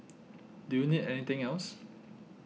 do you need anything else